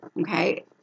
okay